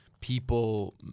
people